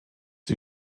die